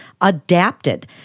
adapted